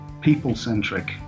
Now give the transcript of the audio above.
people-centric